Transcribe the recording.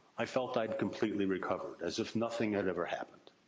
i felt i had completely recovered. as if nothing had ever happened.